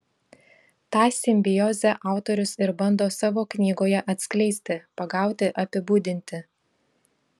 tą simbiozę autorius ir bando savo knygoje atskleisti pagauti apibūdinti